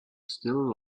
still